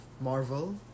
Marvel